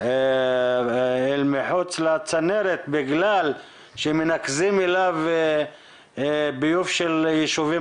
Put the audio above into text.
מחוץ לצנרת בגלל שמנזקים אליו ביוב של יישובים